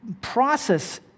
process